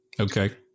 Okay